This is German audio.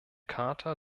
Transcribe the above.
charta